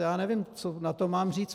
Já nevím, co na to mám říct.